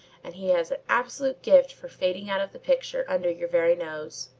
and he has an absolute gift for fading out of the picture under your very nose.